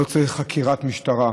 לא צריך חקירת משטרה,